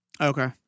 Okay